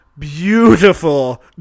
beautiful